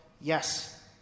yes